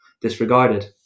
disregarded